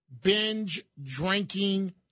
binge-drinking